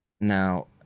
Now